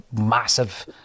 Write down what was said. massive